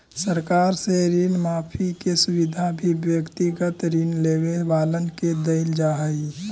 सरकार से ऋण माफी के सुविधा भी व्यक्तिगत ऋण लेवे वालन के देल जा हई